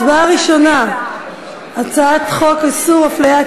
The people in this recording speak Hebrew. הצבעה ראשונה: הצעת חוק איסור הפליית